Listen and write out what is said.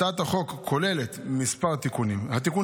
הצעת החוק כוללת כמה תיקונים: התיקון